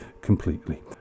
completely